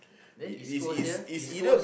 there East Coast here East Coast